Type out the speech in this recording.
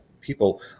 people